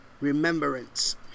remembrance